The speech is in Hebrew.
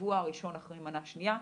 בשבוע הראשון אחרי מנה שנייה,